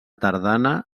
tardana